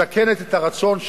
מסכנת את הרצון,